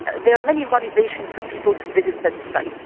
there are many motivations for people to visit such sites.